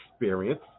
experience